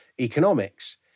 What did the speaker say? economics